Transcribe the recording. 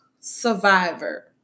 survivor